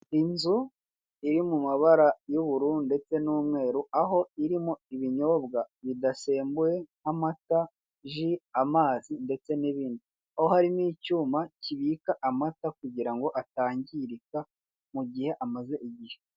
Inzu iri mu mabara y'ubururu ndetse n'umweru aho irimo ibinyobwa bidasembuye nk'amata, ji, amazi ndetse n'ibindi. Aho hari n'icyuma kibika amata kugira ngo atangirika mugihe amaze igihe.